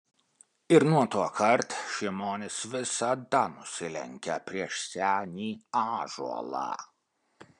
ir nuo tuokart šimonis visada nusilenkia prieš senį ąžuolą